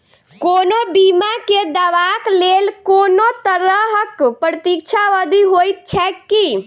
कोनो बीमा केँ दावाक लेल कोनों तरहक प्रतीक्षा अवधि होइत छैक की?